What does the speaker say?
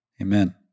Amen